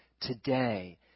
today